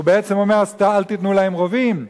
הוא בעצם אומר: אל תיתנו להם רובים,